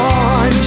on